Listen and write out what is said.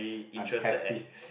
unhappy